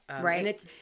Right